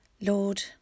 Lord